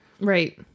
Right